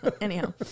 Anyhow